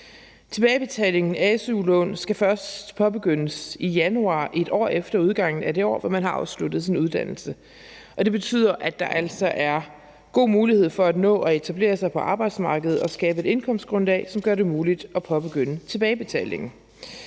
Tilbagebetalingen af su-lånet skal først påbegyndes i januar 1 år efter udgangen af det år, hvor man har afsluttet sin uddannelse, og det betyder, at der altså er god mulighed for at nå at etablere sig på arbejdsmarkedet og skabe et indkomstgrundlag, som gør det muligt at påbegynde tilbagebetalingen.